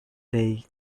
they